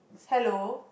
hello